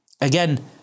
Again